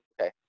okay